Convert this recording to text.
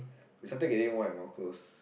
we started getting more and more close